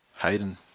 Hayden